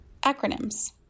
Acronyms